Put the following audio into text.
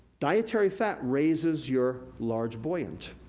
dietary fat raises your large buoyant.